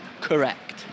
Correct